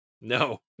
No